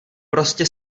prostě